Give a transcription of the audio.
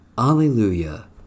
Alleluia